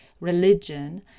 religion